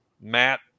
matt